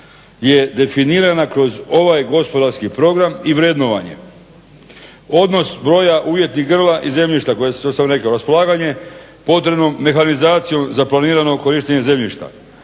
je definirana kroz ovaj gospodarski program i vrednovanje. Odnos broja umjetnih grla i zemljišta kao što sam rekao, raspolaganje potrebnom mehanizacijom za planirano korištenje zemljišta.